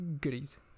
goodies